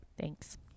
Thanks